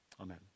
Amen